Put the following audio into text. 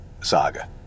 saga